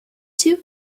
two